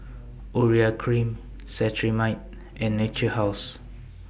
Urea Cream Cetrimide and Natura House